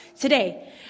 today